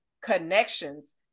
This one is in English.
connections